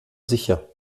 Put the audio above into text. sicher